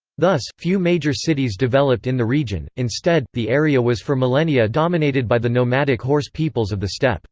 thus, few major cities developed in the region instead, the area was for millennia dominated by the nomadic horse peoples of the steppe